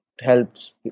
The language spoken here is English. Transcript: helps